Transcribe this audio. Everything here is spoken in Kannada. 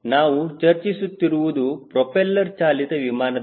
ನಾವು ಚರ್ಚಿಸುತ್ತಿರುವುದು ಪ್ರೋಪೆಲ್ಲರ್ ಚಾಲಿತ ವಿಮಾನದ ಬಗ್ಗೆ